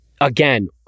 again